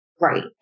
Right